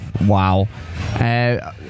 Wow